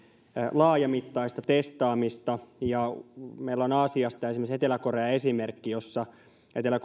laajamittaista testaamista meillä on aasiasta esimerkiksi etelä korean esimerkki etelä